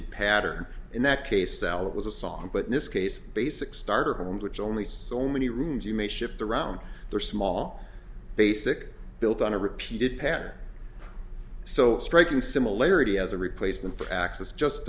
d pattern in that case it was a song but in this case basic starter homes which only so many rooms you may shift around there are small basic built on a repeated pattern so striking similarity as a replacement for access just